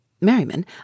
Merriman